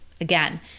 Again